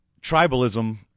Tribalism